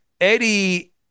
Eddie